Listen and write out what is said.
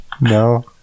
No